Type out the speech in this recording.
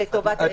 לטובת העדות.